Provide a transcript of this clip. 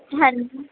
ਹਾਂਜੀ